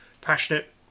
passionate